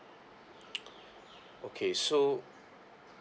okay so